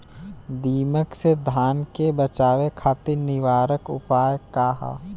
दिमक से धान के बचावे खातिर निवारक उपाय का ह?